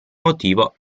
motivo